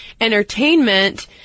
entertainment